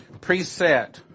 preset